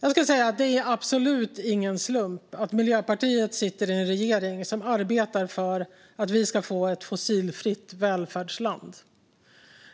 Det är absolut ingen slump att Miljöpartiet sitter i en regering som arbetar för att vi ska få ett fossilfritt välfärdsland.